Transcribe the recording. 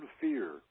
fear